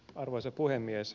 arvoisa puhemies